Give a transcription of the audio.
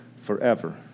forever